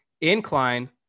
INCLINE